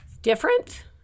different